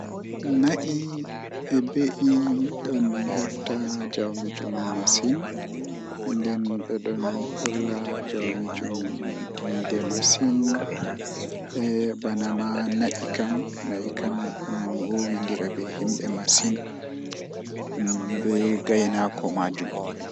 Aye, nagge e be'e waawti njifti e maɓɓe. Cows ɓe njifti ko e hoore mum, ɓe njangol ko tawii e sa'a, kadi ɓe waawi waɗi ko njifti so ɓe njangol. Kadi goats ɓe njifti ko, ɓe njangol ko ngoodi. E ɗuum, ɓe njifti ko e jooɗi fi fiye, kadi ɓe njifti ko tawii njiyam ngal e sa'a, ɓe njifti ko ɓe njangol.